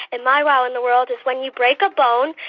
and my wow in the world is when you break a bone,